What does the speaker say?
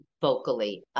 vocally